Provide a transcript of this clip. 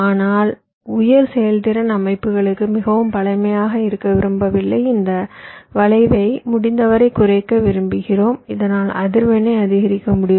ஆனால் உயர் செயல்திறன் அமைப்புகளுக்கு மிகவும் பழமையாக இருக்க விரும்பவில்லை இந்த வளைவை முடிந்தவரை குறைக்க விரும்புகிறோம் இதனால் அதிர்வெண்ணை அதிகரிக்க முடியும்